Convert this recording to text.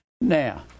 now